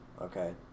Okay